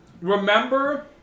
Remember